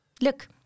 Look